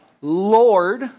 Lord